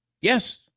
Yes